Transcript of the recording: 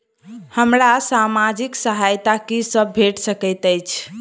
हमरा सामाजिक सहायता की सब भेट सकैत अछि?